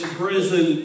prison